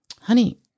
honey